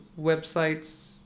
websites